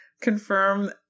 Confirm